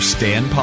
Stan